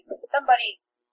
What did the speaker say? Somebody's